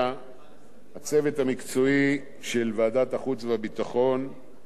הצוות המקצועי של ועדת החוץ והביטחון, מנהל הוועדה